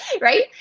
right